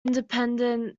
independent